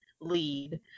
lead